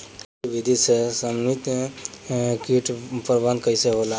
कृषि विधि से समन्वित कीट प्रबंधन कइसे होला?